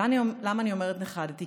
למה אני אומרת שנחרדתי?